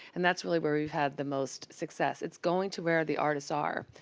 and that's really where we've had the most success. it's going to where the artists are,